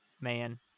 man